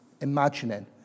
imagining